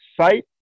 site